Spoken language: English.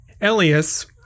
Elias